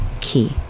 key